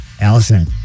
Allison